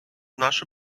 нашу